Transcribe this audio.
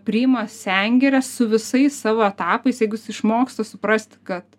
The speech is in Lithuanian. priima sengirę su visais savo etapais jeigu jis išmoksta suprasti kad